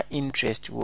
interest